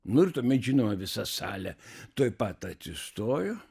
nu ir tuomet žinoma visa salė tuoj pat atsistojo